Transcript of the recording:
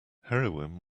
heroin